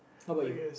what about you